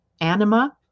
anima